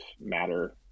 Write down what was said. matter